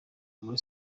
muri